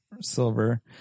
silver